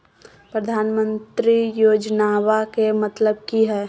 प्रधानमंत्री योजनामा के मतलब कि हय?